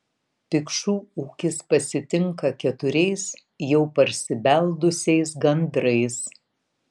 pikšų ūkis pasitinka keturiais jau parsibeldusiais gandrais